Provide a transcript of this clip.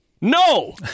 No